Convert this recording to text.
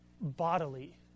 bodily